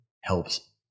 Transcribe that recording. helps